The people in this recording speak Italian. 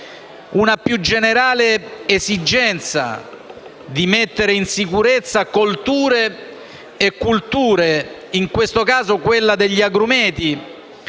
una più generale esigenza di mettere in sicurezza colture e culture. Mi riferisco in questo caso a quella degli agrumeti,